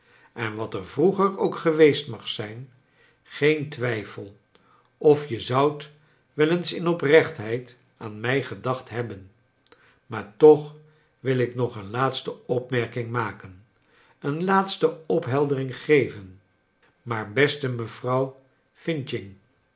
en wat er vroeger ook geweest mag zijn geen twijfel of je zoudt wel eens in oprechtheid aan mij gedacht hebben maar toch wil ik nog een laatste opmerking maken een laatste opheldering geven maar beste mevrouw f